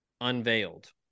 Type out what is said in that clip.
unveiled